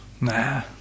Nah